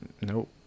Nope